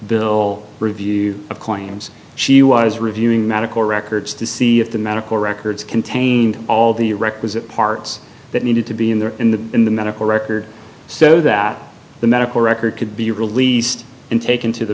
bill review of claims she was reviewing medical records to see if the medical records contained all the requisite parts that needed to be in there in the in the medical records so that the medical record could be released and taken to the